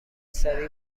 سریع